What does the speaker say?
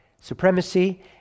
supremacy